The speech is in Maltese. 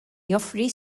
joffri